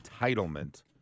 entitlement